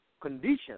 conditions